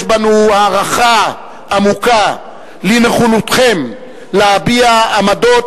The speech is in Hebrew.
יש בנו הערכה עמוקה לנכונותכם להביע עמדות